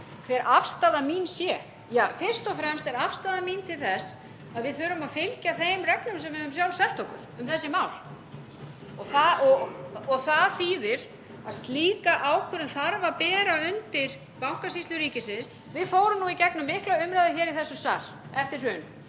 hver afstaða mín sé. Fyrst og fremst er afstaða mín til þess að við þurfum að fylgja þeim reglum sem við höfum sjálf sett okkur um þessi mál. Það þýðir að slíka ákvörðun þarf að bera undir Bankasýslu ríkisins. Við fórum í gegnum mikla umræðu hér í þessum sal eftir hrun